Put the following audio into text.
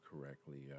correctly